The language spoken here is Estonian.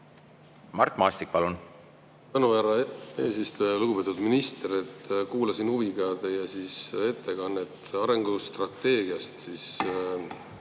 Mart Maastik, palun!